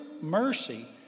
mercy